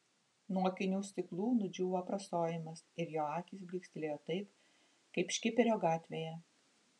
nuo akinių stiklų nudžiūvo aprasojimas ir jo akys blykstelėjo taip kaip škiperio gatvėje